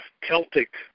Celtic